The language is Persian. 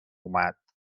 اومد